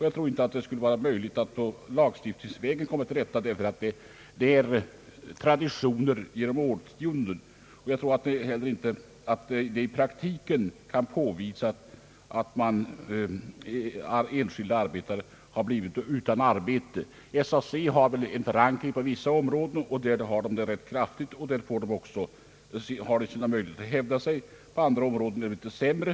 Jag tror inte att det skulle vara möjligt att lagstiftningsvägen komma till rätta med detta problem. Här finns traditioner sedan årtionden, och jag tror inte heller att det i praktiken kan påvisas ett enskilda arbetare har blivit utan arbete på grund av viss föreningstillhörighet. SAC har en förankring på vissa områden, och där har man möjligheter att hävda sig. På andra områden är det litet sämre.